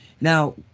Now